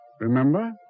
Remember